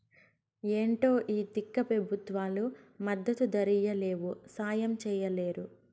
ఏంటో ఈ తిక్క పెబుత్వాలు మద్దతు ధరియ్యలేవు, సాయం చెయ్యలేరు